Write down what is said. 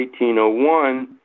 1801